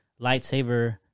lightsaber